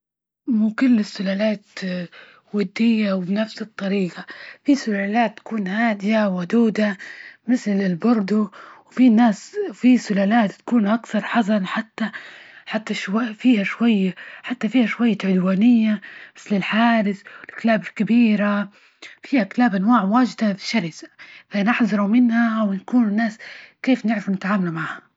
مو كل السلالات ودية وبنفس الطريجة في سلالات تكون هادية ودودة مثل البوردو، وفي ناس فيه سلالات تكون أكثر حزر حتى- حتى شوية فيها شوية، حتى فيها شوية عدوانية مثل الحارس والكلاب الكبيرة فيها كلاب، أنواع واجدة شرسة ف أحذروا منها ونكون ناس، كيف نعرف نتعاملو معاه.